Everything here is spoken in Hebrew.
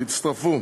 ויצטרפו,